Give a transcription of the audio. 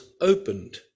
opened